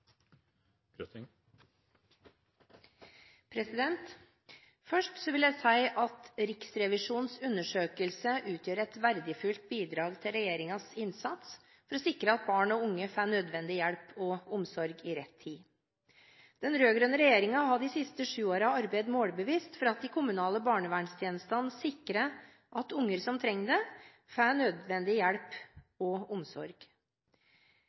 liv. Først vil jeg si at Riksrevisjonens undersøkelse utgjør et verdifullt bidrag til regjeringens innsats for å sikre at barn og unge får nødvendig hjelp og omsorg i rett tid. Den rød-grønne regjeringen har de siste sju årene arbeidet målbevisst for at de kommunale barnevernstjenestene sikrer at unger som trenger det, får nødvendig hjelp og omsorg.